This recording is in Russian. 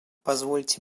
позвольте